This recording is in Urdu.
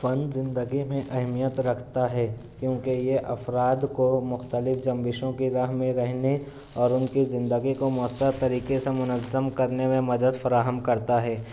فن زندگی میں اہمیت رکھتا ہے کیونکہ یہ افراد کو مختلف جنبشوں کی راہ میں رہنے اور ان کی زندگی کو مؤثر طریقے سے منظم کرنے میں مدد فراہم کرتا ہے